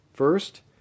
First